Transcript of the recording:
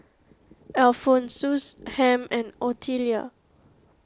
Alphonsus Ham and Otelia